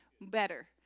better